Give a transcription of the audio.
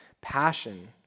passion